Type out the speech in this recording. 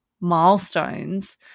milestones